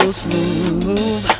smooth